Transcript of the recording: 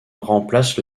remplace